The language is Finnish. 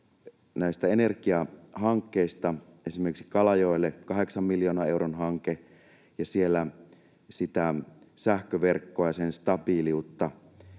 näistä energiahankkeista: Esimerkiksi Kalajoelle kahdeksan miljoonan euron hanke, ja siellä sitä sähköverkkoa ja sen stabiiliutta